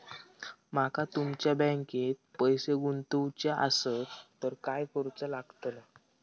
माका तुमच्या बँकेत पैसे गुंतवूचे आसत तर काय कारुचा लगतला?